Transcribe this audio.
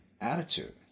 attitude